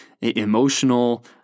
emotional